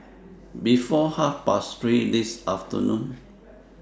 before Half Past three This afternoon